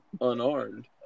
unarmed